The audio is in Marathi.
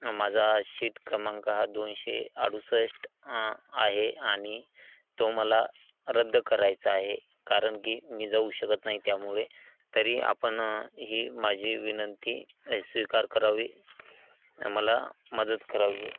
माझा शीट क्रमांक हा दोनशे अडुसष्ट आहे आणि तो मला रद्द करायचा आहे कारण की मी जाऊ शकत नाही त्यामुळे तरी आपण ही माझी विनंती स्वीकार करावी मला मदत करावी